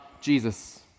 Jesus